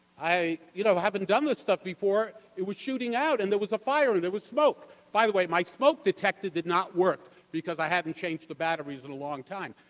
i you know haven't done this stuff before. it was shooting out and there was a fire and there was smoke. by the way, my smoke detector did not work because i hadn't changed the batteries in a long time.